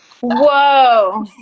Whoa